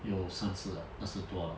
有三十二十多啊